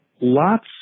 lots